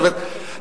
זאת אומרת,